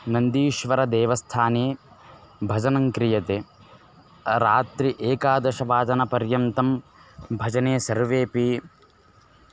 नन्दीश्वरदेवस्थाने भजनङ्क्रियते रात्रौ एकादशवादनपर्यन्तं भजने सर्वेऽपि